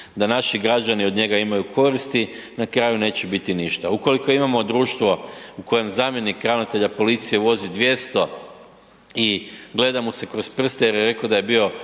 da naši građani od njega imaju koristi na kraju neće biti ništa. Ukoliko imamo društvo u kojem zamjenik ravnatelja policije vozi 200 i gleda mu se kroz prste jer je reko na tajnom